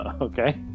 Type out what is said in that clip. Okay